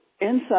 inside